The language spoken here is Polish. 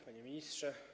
Panie Ministrze!